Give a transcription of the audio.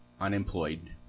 Unemployed